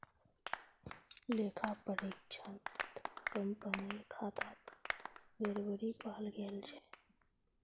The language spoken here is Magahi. लेखा परीक्षणत कंपनीर खातात गड़बड़ी पाल गेल छ